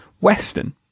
Western